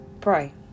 pray